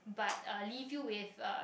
but uh leave you with uh